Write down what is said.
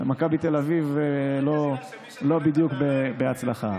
מכבי תל אביב לא בדיוק בהצלחה.